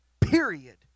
Period